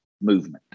movement